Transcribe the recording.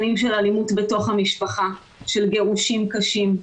שנים של אלימות בתוך המשפחה, של גירושים קשים,